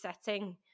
setting